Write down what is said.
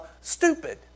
stupid